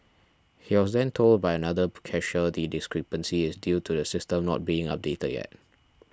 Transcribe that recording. he was then told by another cashier the discrepancy is due to the system not being updated yet